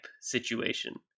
situation